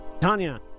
Tanya